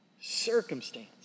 circumstance